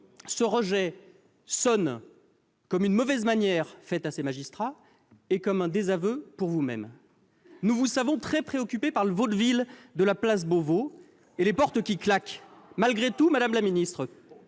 Ce rejet sonne comme une mauvaise manière faite à ces magistrats et comme un désaveu pour vous-même. Nous vous savons très préoccupée par le vaudeville de la place Beauvau et les portes qui claquent. Malgré tout, madame la garde